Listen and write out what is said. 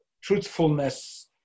truthfulness